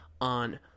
on